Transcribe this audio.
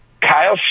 Kyle